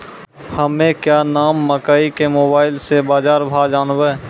हमें क्या नाम मकई के मोबाइल से बाजार भाव जनवे?